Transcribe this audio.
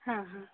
हां हां